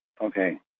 Okay